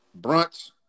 brunch